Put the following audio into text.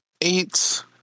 eight